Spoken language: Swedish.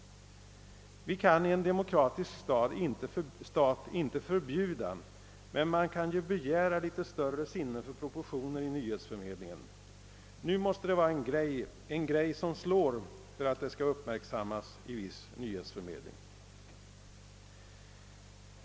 Vi kan i en demokratisk stat inte förbjuda, men vi kan ju begära litet större sinne för proportioner i nyhetsförmedlingen. Nu måste det visst vara en »grej» och en grej som slår för att det skall uppmärksammas i viss nyhetsförmedling.